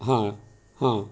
हा हा